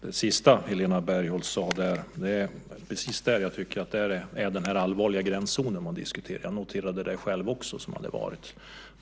Herr talman! Det sista Helena Bargholtz sade ligger i den allvarliga gränszonen. Jag noterade det själv också.